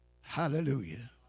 Hallelujah